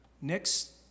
next